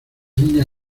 niña